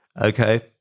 okay